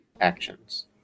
actions